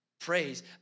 praise